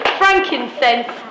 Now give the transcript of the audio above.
frankincense